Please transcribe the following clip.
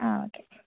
ആ ഓക്കെ